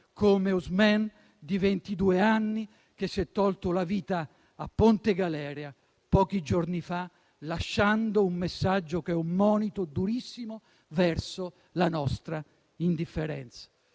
di ventidue anni, che si è tolto la vita a Ponte Galeria, pochi giorni fa, lasciando un messaggio che è un monito durissimo verso la nostra indifferenza.